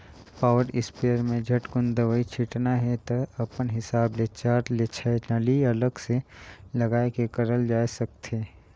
power sprayer में झटकुन दवई छिटना हे त अपन हिसाब ले चार ले छै नली अलग से लगाये के करल जाए सकथे